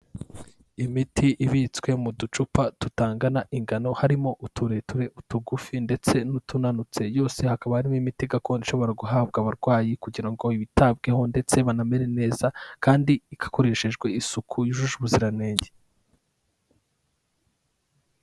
Imiti ibitswe mu ducupa tutangana ingano, harimo utureture utugufi ndetse n'utunanutse, yose hakaba harimo imiti gakondo ishobora guhabwa abarwayi kugira ngo bitabweho ndetse banamere neza, kandi hakoreshejwe isuku yujuje ubuziranenge.